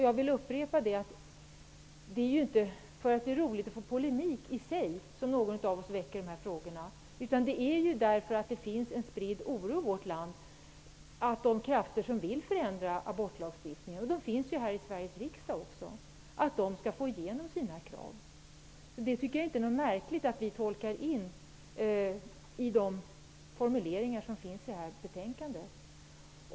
Jag vill upprepa att det inte är därför att det i sig är roligt med polemik som någon av oss väcker dessa frågor utan därför att det finns en spridd oro i vårt land för att de krafter som vill förändra abortlagstiftningen -- de finns också här i Sveriges riksdag -- skall få igenom sina krav. Det är inte märkligt att vi tolkar in sådana i betänkandets formuleringar.